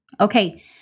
Okay